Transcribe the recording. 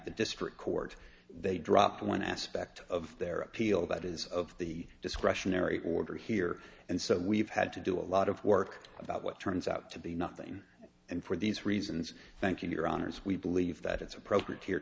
the district court they drop one aspect of their appeal that is of the discretionary order here and so we've had to do a lot of work about what turns out to be nothing and for these reasons thank you your honor as we believe that it's appropriate here